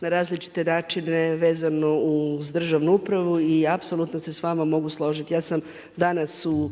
na različite načine vezano uz državnu upravu i apsolutno se s vama mogu složiti. Ja sam danas u